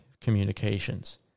communications